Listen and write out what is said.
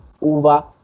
over